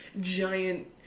giant